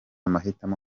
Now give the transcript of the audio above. mahitamo